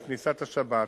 על כניסת השבת,